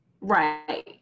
Right